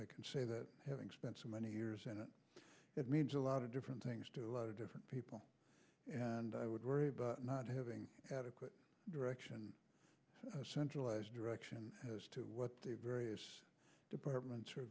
can say that having spent so many years in it it means a lot of different things to a lot of different people and i would worry about not having adequate direction and a centralized direction as to what the various departments or